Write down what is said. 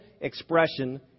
expression